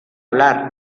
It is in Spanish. hablar